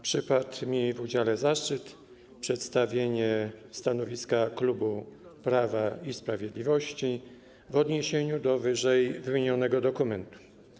Przypadł mi w udziale zaszczyt przedstawienia stanowiska klubu Prawa i Sprawiedliwości w odniesieniu do ww. dokumentu.